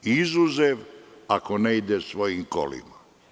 Izuzev ako ne ide svojim kolima.